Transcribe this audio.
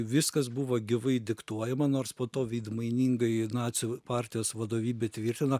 viskas buvo gyvai diktuojama nors po to veidmainingai nacių partijos vadovybė tvirtino